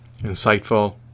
insightful